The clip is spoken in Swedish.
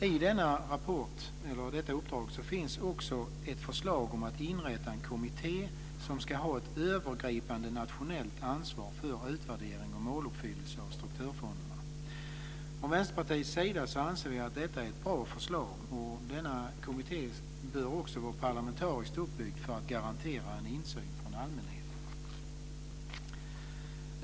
I denna rapport finns ett förslag om att inrätta en kommitté som ska ha ett övergripande nationellt ansvar för utvärdering och måluppfyllelse av strukturfonderna. Från Vänsterpartiets sida anser vi att det är ett bra förslag, och denna kommitté bör vara parlamentariskt uppbyggd för att garantera insyn från allmänhetens sida.